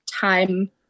time